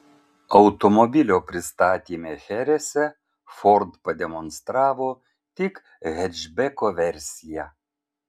automobilio pristatyme cherese ford pademonstravo tik hečbeko versiją